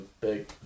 big